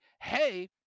hey